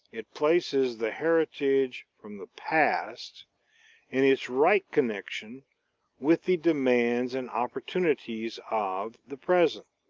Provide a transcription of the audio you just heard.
it places the heritage from the past in its right connection with the demands and opportunities of the present.